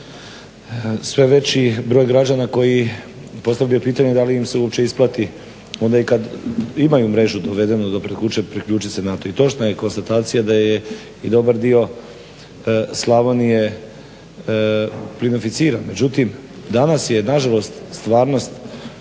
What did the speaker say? sve veći broj građana koji postavljaju pitanje da li im se uopće isplati onda i kad imaju mrežu dovedenu do kuće priključit se na tu. I točna je konstatacija da je i dobar dio Slavonije plinificiran. Međutim danas je nažalost stvarnost